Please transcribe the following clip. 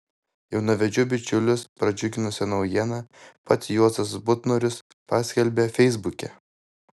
jaunavedžių bičiulius pradžiuginusią naujieną pats juozas butnorius paskelbė feisbuke